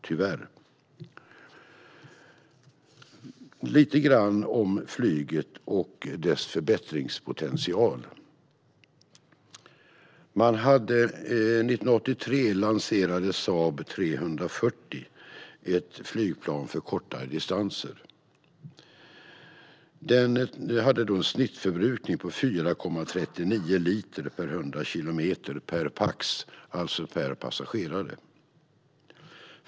Jag ska tala lite grann om flyget och dess förbättringspotential. År 1983 lanserades Saab 340, ett flygplan för kortare distanser. Det hade en snittförbrukning på 4,39 liter per 100 kilometer per pax, alltså per passagerare.